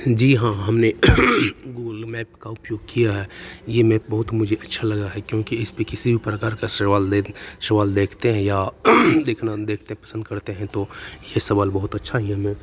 जी हाँ हमने Google map का उपयोग किया है ये मैं बहुत मुझे अच्छा लगा है क्योंकि इसमें किसी भी प्रकार का सवाल ले के सवाल देखते हैं या देखना देख के पसन्द करते हैं तो ये सवाल बहुत अच्छा ही हमें